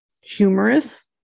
Humorous